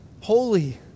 holy